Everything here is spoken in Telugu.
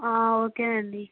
ఓకే అండీ